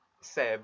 Seb